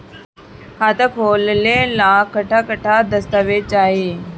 खाता खोले ला कट्ठा कट्ठा दस्तावेज चाहीं?